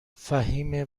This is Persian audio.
فهیمه